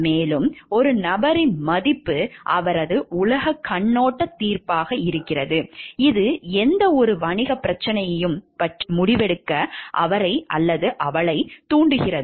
மேலும் ஒரு நபரின் மதிப்பு அவரது உலகக் கண்ணோட்டத் தீர்ப்பாகும் இது எந்தவொரு வணிகப் பிரச்சனையையும் பற்றி முடிவெடுக்க அவரை அல்லது அவளைத் தூண்டுகிறது